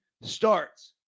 starts